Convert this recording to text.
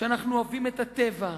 שאנחנו אוהבים את הטבע,